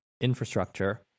infrastructure